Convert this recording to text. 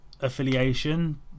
affiliation